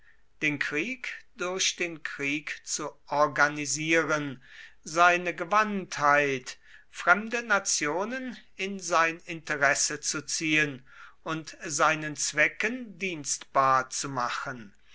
den krieg durch den krieg zu organisieren seine gewandtheit fremde nationen in sein interesse zu ziehen und seinen zwecken dienstbar zu machen